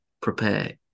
prepare